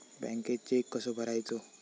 बँकेत चेक कसो भरायचो?